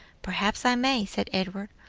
perhaps i may, said edward,